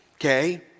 Okay